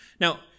Now